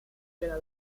della